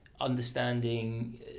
understanding